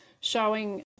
showing